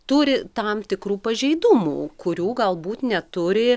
turi tam tikrų pažeidumų kurių galbūt neturi